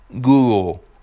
Google